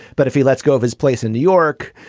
but if he lets go of his place in new york,